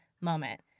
moment